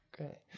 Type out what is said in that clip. Okay